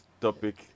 topic